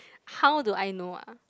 how do I know ah